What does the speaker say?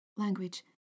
Language